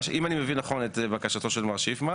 אם אני מבין נכון את בקשתו של מר שיפמן